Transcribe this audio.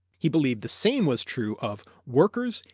he believed the same was true of workers,